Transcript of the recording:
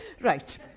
Right